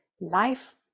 life